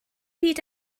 byd